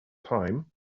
time